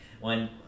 one